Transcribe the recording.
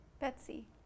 Betsy